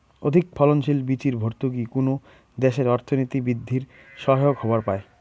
অধিকফলনশীল বীচির ভর্তুকি কুনো দ্যাশের অর্থনীতি বিদ্ধির সহায়ক হবার পায়